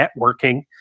networking